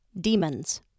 Demons